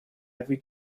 every